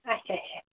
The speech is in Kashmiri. اچھا اچھا